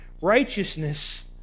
Righteousness